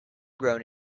grown